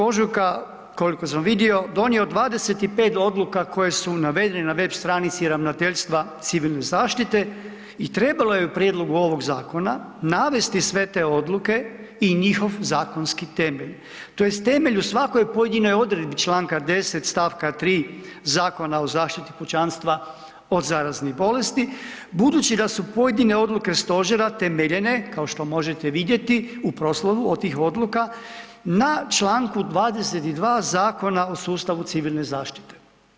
Ožujka koliko sam vidio donio 25 odluka koje su navedene na web stranici Ravnateljstva civilne zaštite i trebalo je u prijedlogu ovoga zakona navesti sve te odluke i njihov zakonski temelj tj. temelj u svakoj pojedinoj odredbi čl. 10. st. 3. Zakona o zaštiti pučanstva od zaraznih bolesti, budući da su pojedine odluke stožera temeljene kao što možete vidjeti u proslovu od tih odluka na čl. 22.a Zakona o sustavu civilne zaštite.